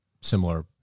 similar